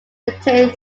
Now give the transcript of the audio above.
maintained